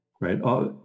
right